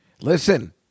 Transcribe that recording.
listen